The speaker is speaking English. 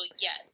yes